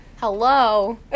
Hello